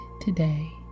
today